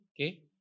Okay